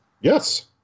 Yes